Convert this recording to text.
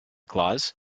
claus